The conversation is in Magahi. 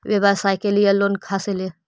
व्यवसाय के लिये लोन खा से ले?